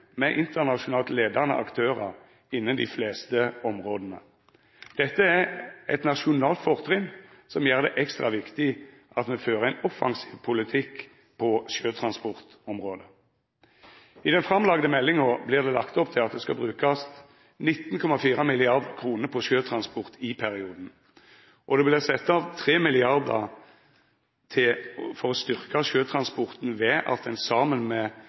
med internasjonalt leiande aktørar innan dei fleste områda. Dette er eit nasjonalt fortrinn som gjer det ekstra viktig at me fører ein offensiv politikk på sjøtransportområdet. I den framlagde meldinga vert det lagt opp til at det skal brukast 19,4 mrd. kr på sjøtransport i perioden, og det vert sett av 3 mrd. kr for å styrka sjøtransporten ved at ein saman med